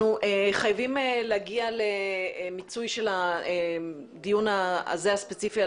אנחנו חייבים להגיע למיצוי הדיון הספציפי על